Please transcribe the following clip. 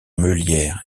meulière